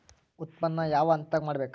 ಉತ್ಪನ್ನ ಯಾವ ಹಂತದಾಗ ಮಾಡ್ಬೇಕ್?